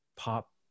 pop